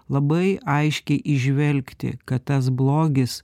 labai aiškiai įžvelgti kad tas blogis